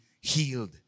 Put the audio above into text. healed